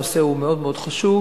הנושא הוא מאוד מאוד חשוב,